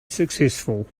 successful